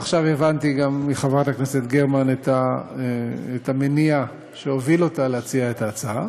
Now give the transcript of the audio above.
ועכשיו הבנתי גם מחברת הכנסת גרמן את המניע שהוביל אותה להציע את ההצעה,